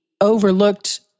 overlooked